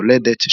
יולדת,